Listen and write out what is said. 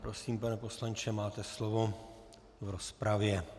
Prosím, pane poslanče, máte slovo v rozpravě.